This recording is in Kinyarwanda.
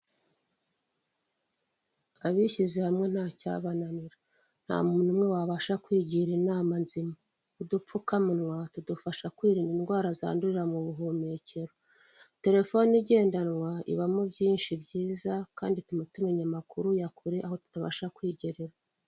Abashyize hamwe ntacyabananira, nta muntu umwe wabasha kwigira inama nzima, udupfukamunwa tudufasha kwirinda indwara zandurira mu buhumekero, terefone igendanwa ibamo byinshi byiza kandi ituma tumenya amakuru ya kure aho tutabasha kwigerera.